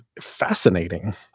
fascinating